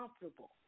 comfortable